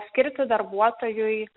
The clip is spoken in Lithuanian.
skirti darbuotojui